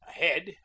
ahead